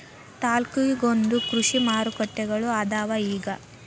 ತಾಲ್ಲೂಕಿಗೊಂದೊಂದ ಕೃಷಿ ಮಾರುಕಟ್ಟೆಗಳು ಅದಾವ ಇಗ